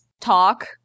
talk